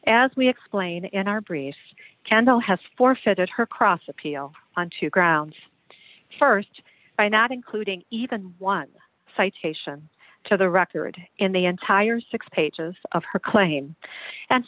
as we explain in our brief candle has forfeited her cross appeal on two grounds st by not including even one citation to the record in the entire six pages of her claim and